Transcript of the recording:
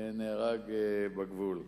נהרג בגבול.